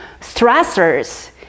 stressors